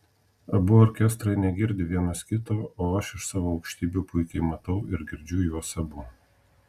abu orkestrai negirdi vienas kito o aš iš savo aukštybių puikiai matau ir girdžiu juos abu